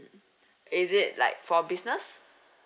is it like for business